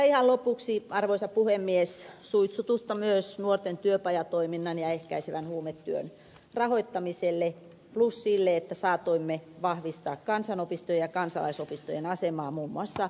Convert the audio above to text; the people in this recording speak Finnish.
ihan lopuksi arvoisa puhemies suitsutusta myös nuorten työpajatoiminnan ja ehkäisevän huumetyön rahoittamiselle plus sille että saatoimme vahvistaa kansanopistojen ja kansalaisopistojen asemaa muun muassa opintoseteleillä